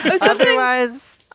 Otherwise